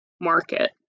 market